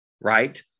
Right